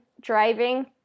driving